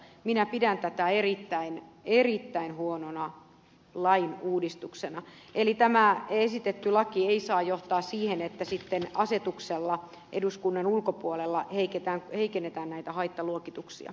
minä pidän tätä erittäin erittäin huonona lain uudistuksena eli tämä esitetty laki ei saa johtaa siihen että sitten asetuksella eduskunnan ulkopuolella heikennetään näitä haittaluokituksia